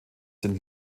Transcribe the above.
sind